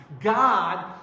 God